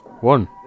One